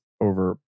over